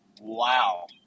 Wow